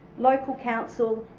local council,